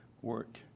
work